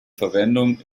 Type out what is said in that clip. verwendung